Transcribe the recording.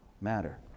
matter